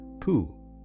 poo